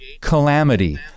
calamity